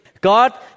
God